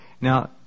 Now